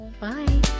Bye